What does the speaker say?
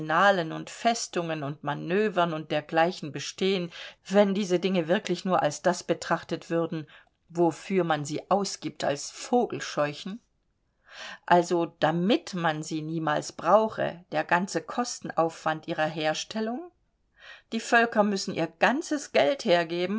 und festungen und manövern und dergleichen bestehen wenn diese dinge wirklich nur als das betrachtet würden wofür man sie ausgibt als vogelscheuchen also damit man sie niemals brauche der ganze kostenaufwand ihrer herstellung die völker müssen ihr ganzes geld hergeben